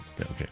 Okay